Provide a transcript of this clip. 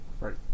Right